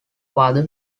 father